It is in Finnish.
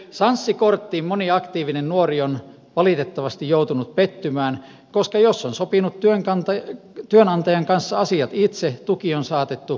sanssi korttiin moni aktiivinen nuori on valitettavasti joutunut pettymään koska jos on sopinut työnantajan kanssa asiat itse tuki on saatettu evätä